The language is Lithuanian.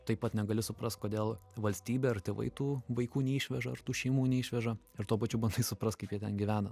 taip pat negali suprast kodėl valstybė ar tėvai tų vaikų neišveža ar tų šeimų neišveža ir tuo pačiu bandai suprast kaip jie ten gyvena